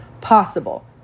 Possible